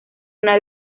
una